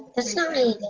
it's not